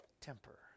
temper